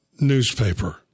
newspaper